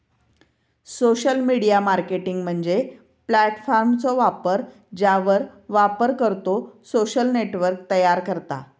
social media marketing म्हणजे प्लॅटफॉर्मचो वापर ज्यावर वापरकर्तो सोशल नेटवर्क तयार करता